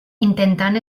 intentant